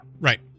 Right